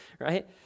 right